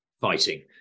fighting